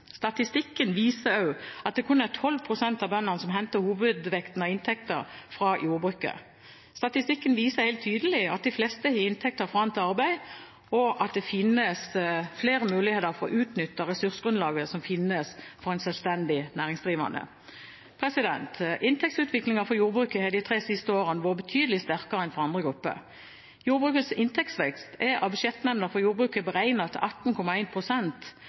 Statistikken viser også at det kun er 12 pst. av bøndene som henter hovedvekten av inntekten sin fra jordbruket. Statistikken viser helt tydelig at de fleste har inntekter fra annet arbeid, og at det finnes flere muligheter for å utnytte ressursgrunnlaget som finnes, for en selvstendig næringsdrivende. Inntektsutviklingen for jordbruket har de tre siste årene vært betydelig sterkere enn for andre grupper. Jordbrukets inntektsvekst er av Budsjettnemnda for jordbruket beregnet til